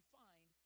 find